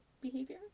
behavior